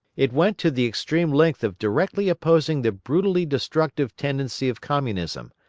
it went to the extreme length of directly opposing the brutally destructive tendency of communism,